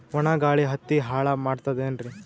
ಒಣಾ ಗಾಳಿ ಹತ್ತಿ ಹಾಳ ಮಾಡತದೇನ್ರಿ?